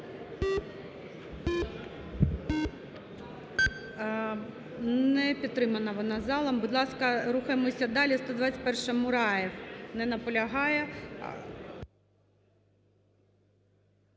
Не підтримана вона залом. Будь ласка, рухаємося далі. 121-а, Мураєв. Не наполягає.